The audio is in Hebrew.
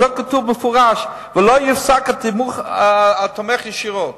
וזה כתוב במפורש: "ולא יופסק הטיפול התומך ישירות".